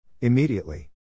Immediately